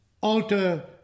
alter